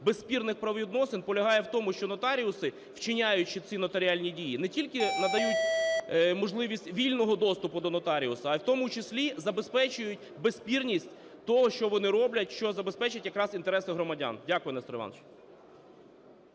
безспірних правовідносин полягає в тому, що нотаріуси, вчиняючи ці нотаріальні дії, не тільки надають можливість вільного доступу до нотаріуса, а і в тому числі забезпечують безспірність того, що вони роблять, що забезпечить якраз інтереси громадян. Дякую, Нестор Іванович.